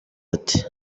ati